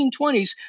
1920s